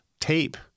tape